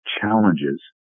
challenges